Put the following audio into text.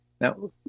Now